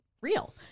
real